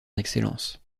excellence